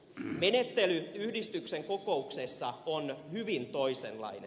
menettely yhdistyksen kokouksessa on hyvin toisenlainen